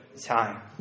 time